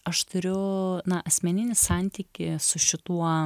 aš turiu asmeninį santykį su šituo